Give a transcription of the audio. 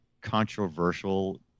controversial